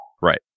Right